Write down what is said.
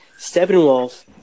Steppenwolf